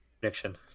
prediction